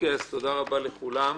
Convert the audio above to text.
תודה רבה לכולם,